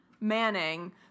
Manning